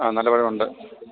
ആ നല്ല പഴം ഉണ്ട്